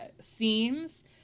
scenes